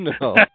no